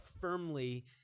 firmly